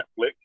Netflix